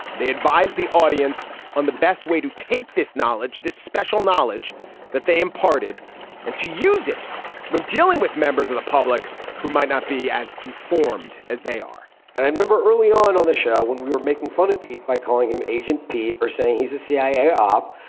they advised the audience on the best way to take this knowledge, this special knowledge that they imparted and to use it when dealing with members of the public who might not be as informed as they are and i remember early on on the show when we were making fun of pete by calling him agent pete or saying he's a cia op.